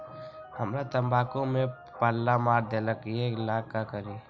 हमरा तंबाकू में पल्ला मार देलक ये ला का करी?